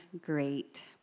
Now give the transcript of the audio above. great